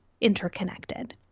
interconnected